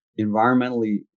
environmentally